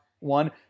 One